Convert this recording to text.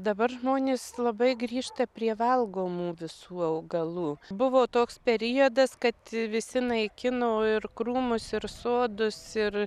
dabar žmonės labai grįžta prie valgomų visų augalų buvo toks periodas kad visi naikino ir krūmus ir sodus ir